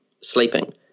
sleeping